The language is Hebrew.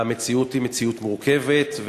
והמציאות היא מציאות מורכבת,